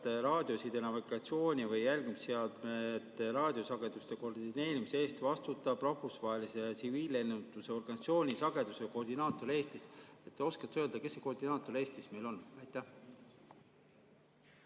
raadioside‑, navigatsiooni‑ või jälgimisseadmete raadiosageduste koordineerimise eest vastutab Rahvusvahelise Tsiviillennunduse Organisatsiooni sageduste koordinaator Eestis. Oskad sa öelda, kes see koordinaator Eestis on? Aitäh,